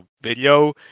video